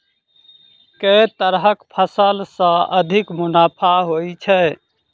केँ तरहक फसल सऽ अधिक मुनाफा होइ छै?